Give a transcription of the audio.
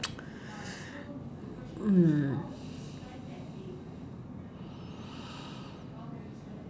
mm